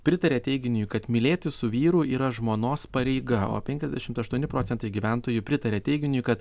pritaria teiginiui kad mylėtis su vyru yra žmonos pareiga o penkiasdešimt aštuoni procentai gyventojų pritaria teiginiui kad